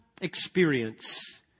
experience